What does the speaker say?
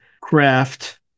craft